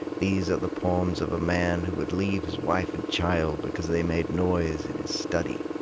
these are the poems of a man who would leave his wife and child because they made noise in his study,